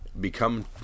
become